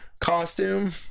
Costume